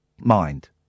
mind